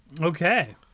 Okay